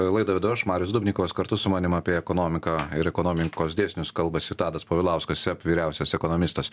laidą vedu aš marius dubnikovas kartu su manim apie ekonomiką ir ekonomikos dėsnius kalbasi tadas povilauskas seb vyriausias ekonomistas